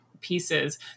pieces